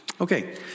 Okay